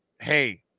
hey